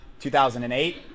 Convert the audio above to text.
2008